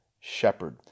shepherd